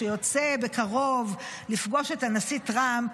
שיוצא בקרוב לפגוש את הנשיא טראמפ,